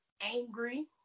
angry